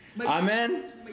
Amen